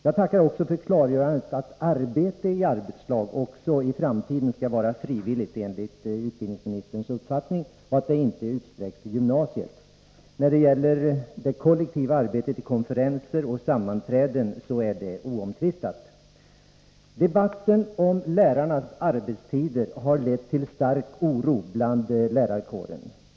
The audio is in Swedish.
Jag tackar också för klargörandet att arbete i arbetslag även i framtiden skall vara frivilligt enligt utbildningsministerns uppfattning, och att det inte utsträcks till gymnasiet. Det kollektiva arbetet i konferenser och sammanträden är oomtvistat. Debatten om lärarnas arbetstider har lett till stark oro i lärarkåren.